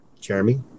Jeremy